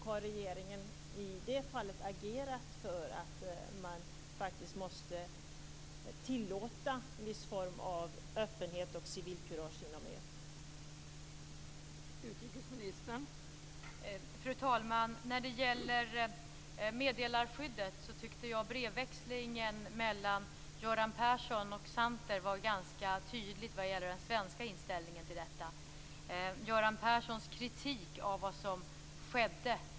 Har regeringen i det fallet agerat för att man faktiskt måste tillåta en viss form av öppenhet och civilkurage inom EU?